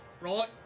right